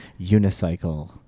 unicycle